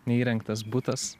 neįrengtas butas